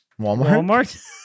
Walmart